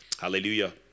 Hallelujah